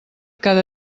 cada